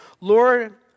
Lord